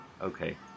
okay